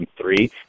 three